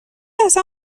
اصلا